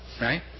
right